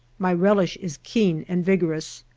my relish is keen and vigorous.